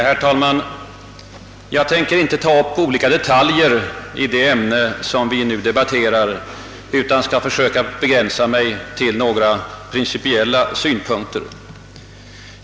"Herr talman! Jag tänker inte ta upp olika detaljer i det ämne som vi nu debatterar utan skall försöka begränsa mig till några principiella synpunkter.